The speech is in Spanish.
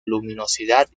luminosidad